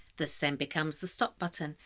this then becomes the stop button,